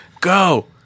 go